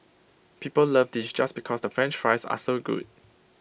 people love this just because the French fries are so good